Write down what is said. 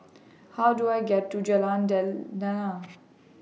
How Do I get to Jalan